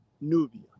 Nubia